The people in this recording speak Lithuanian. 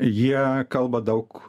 jie kalba daug